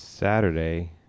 Saturday